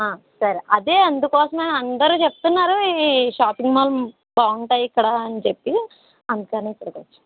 సరే అదే అందుకోసమే అందరు చెప్తున్నారు ఈ షాప్పింగ్ మాల్ బాగుంటాయి ఇక్కడ అని చెప్పి అందుకే ఇక్కడికి వచ్చాము